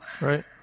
Right